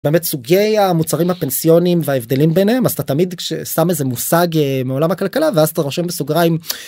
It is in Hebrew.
...את סוגי ה...מוצרים הפנסיונים, וההבדלים ביניהם, אז אתה תמיד ש-שם איזה מושג מעולם הכלכלה ואז אתה רושם בסוגריים,